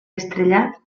estrellat